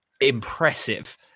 impressive